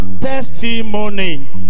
Testimony